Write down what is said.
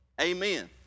Amen